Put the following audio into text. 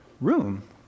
room